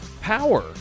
power